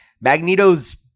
magneto's